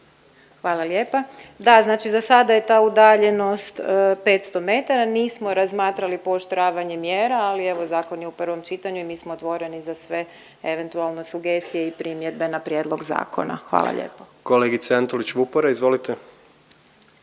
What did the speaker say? Hvala lijepa. Da, znači za sada je ta udaljenost 500 m. Nismo razmatrali pooštravanje mjera ali evo zakon je u prvom čitanju i mi smo otvoreni za sve eventualne sugestije i primjedbe na prijedlog zakona. Hvala lijepo. **Jandroković, Gordan